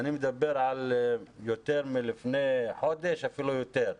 אני מדבר על לפני חודש, אפילו יותר,